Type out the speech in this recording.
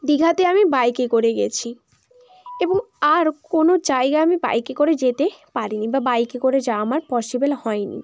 দীঘাতে আমি বাইকে করে গেছি এবং আর কোনো জায়গা আমি বাইকে করে যেতে পারি নি বা বাইকে করে যাওয়া আমার পসিবল হয় নি